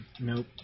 nope